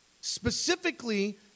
specifically